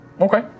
Okay